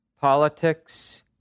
Politics